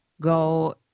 go